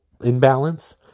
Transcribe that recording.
imbalance